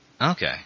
Okay